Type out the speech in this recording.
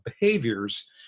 behaviors